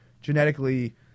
genetically